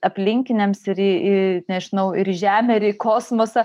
aplinkiniams į į nežinau ir į žemę ir į kosmosą